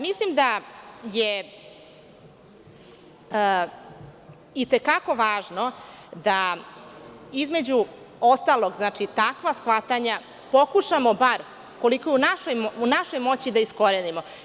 Mislim da je i te kako važno da između ostalog, znači takva shvatanja pokušamo bar koliko je u našoj moći da iskorenimo.